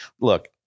look